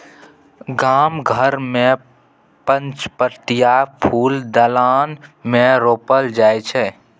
गाम घर मे पचपतिया फुल दलान मे रोपल जाइ छै